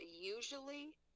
usually